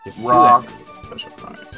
rock